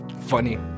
Funny